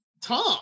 Tom